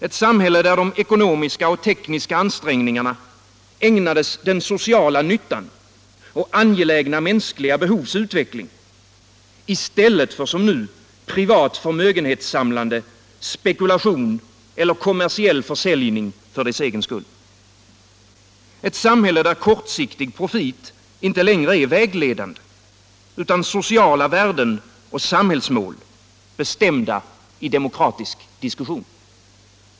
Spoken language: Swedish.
Ett samhälle där de ekonomiska och tekniska ansträngningarna ägnas den sociala nyttan och angelägna mänskliga behovs utveckling, i stället för som nu privat förmögenhetssamlande, spekulation eller kommersiell försäljning för dess egen skull. Ett samhälle, där kortsiktig profit inte längre är vägledande, utan sociala värden och samhällsmål bestämda genom demokratisk diskussion.